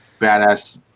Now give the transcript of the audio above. badass